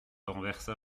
renversa